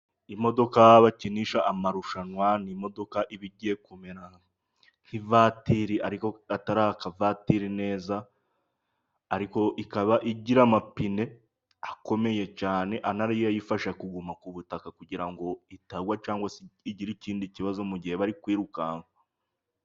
Imodoka bakinisha amarushanwa, ni imodoka iba igiye kumera nk'ivatiri, ariko atari akavatiri neza, ariko ikaba igira amapine akomeye cyane, anariyo ayifasha kuguma ku butaka kugira ngo itagwa, cyangwa se igire ikindi kibazo mu gihe bari kwirukanka.